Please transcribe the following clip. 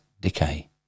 decay